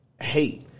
hate